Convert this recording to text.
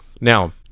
Now